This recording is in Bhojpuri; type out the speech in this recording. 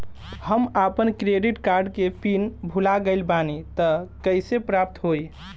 हम आपन क्रेडिट कार्ड के पिन भुला गइल बानी त कइसे प्राप्त होई?